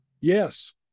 yes